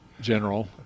General